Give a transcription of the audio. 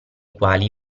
quali